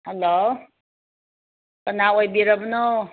hello ꯀꯅꯥ ꯑꯣꯏꯕꯤꯔꯕꯅꯣ